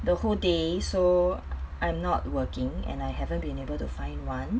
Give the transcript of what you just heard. the whole day so I'm not working and I haven't been able to find one